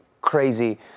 crazy